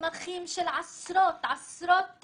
מסמכים של עשרות עשרות